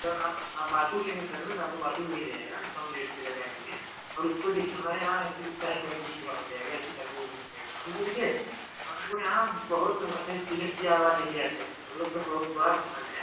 sir आप आप बातुर लेंगे सर न तो आपको बातुर मिल जाएगा कम रेट से लगा देंगे और उसको देखिए हमारे यहाँ जैसे कि पैक वैक भी पूरा हो जाएगा ऐसी बात नहीं है कि नहीं पैक होगा हम लोग देखिए हम लोग यहाँ बहुत लोग आते हैं तिलक ब्याह वाले भी आते हैं हम लोग का बहुत बड़ा दुकान है